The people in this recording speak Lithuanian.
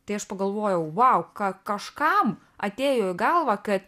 tai aš pagalvojau vau ka kažkam atėjo į galvą kad